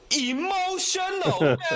emotional